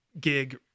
gig